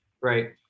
Right